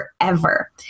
forever